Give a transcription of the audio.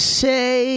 say